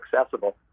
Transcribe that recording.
accessible